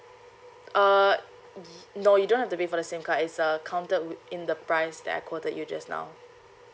uh y~ no you don't have to pay for the SIM card it's uh counted in the price that I quoted you just now